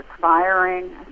firing